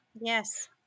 Yes